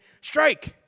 Strike